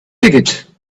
ticket